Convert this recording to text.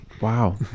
Wow